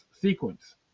sequence